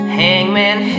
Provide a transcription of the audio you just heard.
hangman